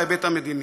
בהיבט המדיני.